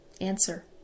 Answer